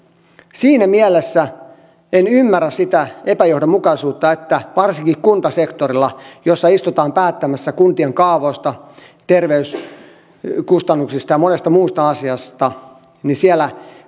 siinä mielessä en ymmärrä varsinkaan sitä epäjohdonmukaisuutta että kuntasektorilla jossa istutaan päättämässä kuntien kaavoista terveyskustannuksista ja monesta muusta asiasta